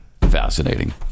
Fascinating